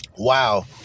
Wow